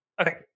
Okay